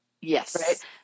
yes